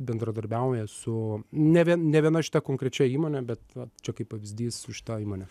bendradarbiauja su ne vien ne viena šita konkrečia įmone bet va čia kaip pavyzdys su šita įmone